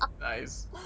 Nice